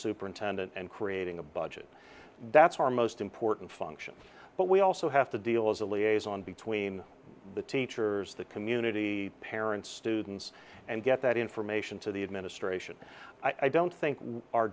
superintendent and creating a budget that's our most important function but we also have to deal as a liaison between the teachers the community parents students and get that information to the administration i don't think our